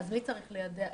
אז מי צריך ליידע?